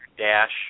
Dash